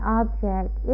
object